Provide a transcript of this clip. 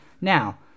now